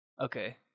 Okay